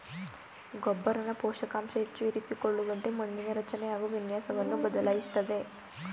ಗೊಬ್ಬರನ ಪೋಷಕಾಂಶ ಹೆಚ್ಚು ಇರಿಸಿಕೊಳ್ಳುವಂತೆ ಮಣ್ಣಿನ ರಚನೆ ಹಾಗು ವಿನ್ಯಾಸವನ್ನು ಬದಲಾಯಿಸ್ತದೆ